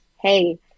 Hey